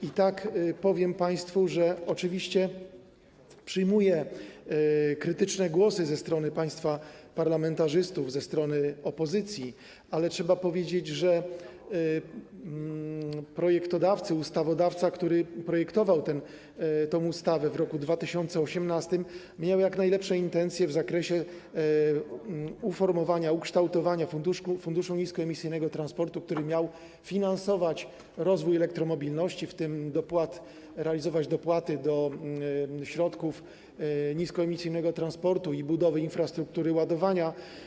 I tak powiem państwu, że oczywiście przyjmuję krytyczne głosy ze strony państwa parlamentarzystów, ze strony opozycji, ale trzeba powiedzieć, że ustawodawca, który projektował tę ustawę w roku 2018, miał jak najlepsze intencje w zakresie uformowania, ukształtowania Funduszu Niskoemisyjnego Transportu, który miał finansować rozwój elektromobilności, w tym realizować dopłaty do środków niskoemisyjnego transportu i budowy infrastruktury ładowania.